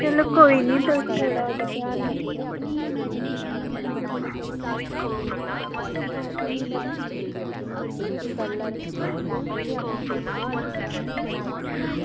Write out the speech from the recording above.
चलो कोई निं तुस ओह्दा थोह्ड़ा ध्यान रक्खेओ